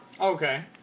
Okay